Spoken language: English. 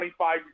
25